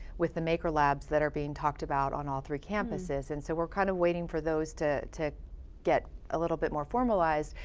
with the maker labs that are being talked about on all three campuses. and so we're kind of waiting for those to, to get a little bit more formalized,